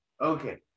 okay